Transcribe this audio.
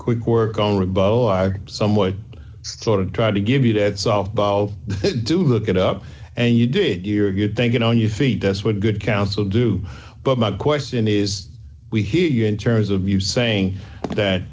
quick work on rimbaud i somewhat sort of try to give you that softball do look it up and you did your good thinking on your feet as what good counsel do but my question is we hear you in terms of you saying that